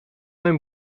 mijn